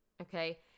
Okay